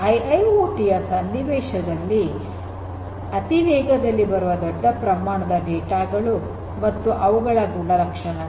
IIoT ಯ ಸನ್ನಿವೇಶದಲ್ಲಿ ಅತಿ ವೇಗದಲ್ಲಿ ಬರುವ ದೊಡ್ಡ ಪ್ರಮಾಣದ ಡೇಟಾ ಗಳು ಮತ್ತು ಅವುಗಳ ಗುಣಲಕ್ಷಣಗಳು